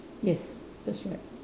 yes that's right